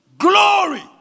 Glory